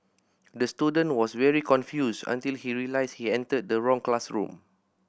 the student was very confused until he realised he entered the wrong classroom